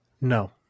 No